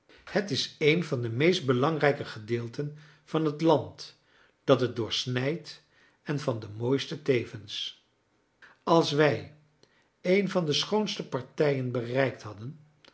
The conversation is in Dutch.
het is een van de meest belangrijke gedeelten van t land dat het doorsnijdt en van de mooiste tevens als wij een van de schoonste partijen bereikt hadden